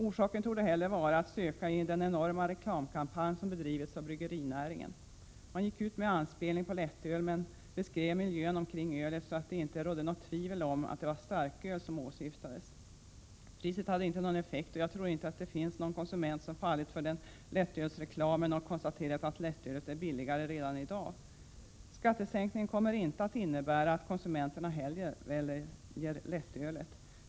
Orsaken torde snarast vara att söka i den enorma reklamkampanj som har bedrivits av bryggerinäringen. Man gick ut med en anspelning på lättöl, men beskrev miljön kring ölet så, att det inte rådde något tvivel om att det var starköl som åsyftades. Priset hade inte någon effekt, och jag tror inte det finns någon konsument som fallit för lättölsreklamen och konstaterat att lättölet är billigare redan i dag. Skattesänkningen kommer inte att innebära att konsumenterna hellre väljer lättölet.